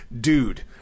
dude